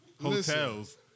hotels